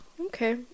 Okay